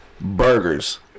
burgers